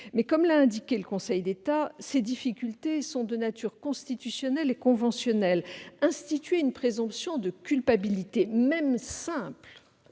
mais, comme l'a indiqué le Conseil d'État, des difficultés se posent de nature constitutionnelle et conventionnelle. En effet, instituer une présomption de culpabilité, même simple,